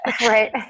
Right